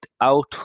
out